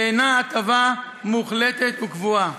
ואינה הטבה מוחלטת וקבועה.